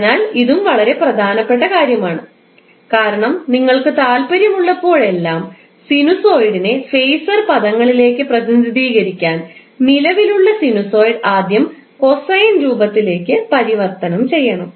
അതിനാൽ ഇതും വളരെ പ്രധാനപ്പെട്ട കാര്യമാണ് കാരണം നിങ്ങൾക്ക് താൽപ്പര്യമുള്ളപ്പോഴെല്ലാം സിനുസോയിഡിനെ ഫേസർ പദങ്ങളിലേക്ക് പ്രതിനിധീകരിക്കാൻ നിലവിലുള്ള സിനുസോയിഡ് ആദ്യം കോസൈൻ രൂപത്തിലേക്ക് പരിവർത്തനം ചെയ്യണം